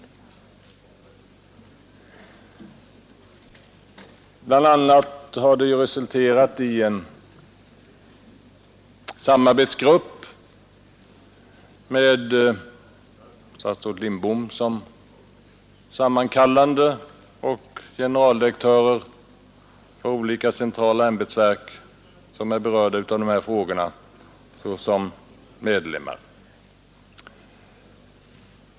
Regeringen har tillsatt en samarbetsgrupp med statsrådet Lidbom som sammankallande och generaldirektörer för olika centrala ämbetsverk, som är berörda av de här frågorna, såsom medlemmar.